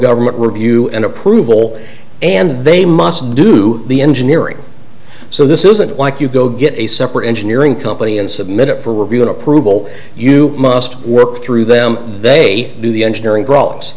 government review and approval and they must do the engineering so this isn't like you go get a separate engineering company and submit it for review and approval you must work through them they do the engineering